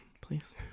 Please